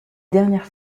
dernière